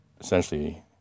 essentially